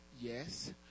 Yes